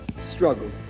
struggle